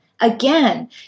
Again